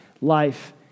life